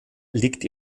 liegt